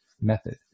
method